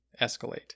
escalate